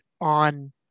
on